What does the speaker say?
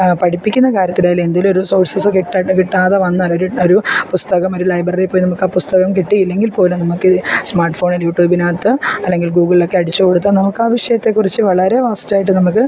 പഠിപ്പിക്കുന്ന കാര്യത്തിലായാലും എന്തെങ്കിലും ഒരു സോഴ്സസ് കിട്ടട്ട് കിട്ടാതെ വന്നാൽ ഒരു ഒരു പുസ്തകം ഒരു ലൈബ്രറി പോയി നമുക്കാ പുസ്തകം കിട്ടിയില്ലെങ്കിൽ പോലും നമുക്ക് സ്മാർട്ട് ഫോണിൽ യൂട്യൂബിനകത്ത് അല്ലെങ്കിൽ ഗൂഗിളിലൊക്കെ അടിച്ച് കൊടുത്താൽ നമുക്ക് ആ വിഷയത്തെ കുറിച്ച് വളരെ വാസ്റ്റ് ആയിട്ട് നമുക്ക്